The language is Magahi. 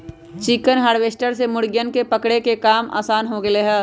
चिकन हार्वेस्टर से मुर्गियन के पकड़े के काम आसान हो गैले है